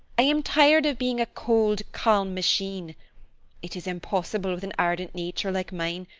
i am tired of being a cold, calm machine it is impossible with an ardent nature like mine,